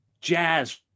jazz